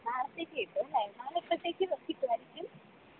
നാളെത്തേക്ക് കിട്ടും അല്ലേ നാളെ എപ്പോഴത്തേക്ക് കിട്ടുമായിരിക്കും